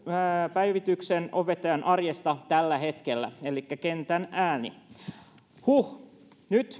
päivityksen opettajan arjesta tällä hetkellä elikkä kentän ääni huh nyt